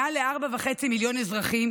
מעל לארבעה וחצי מיליון אזרחים,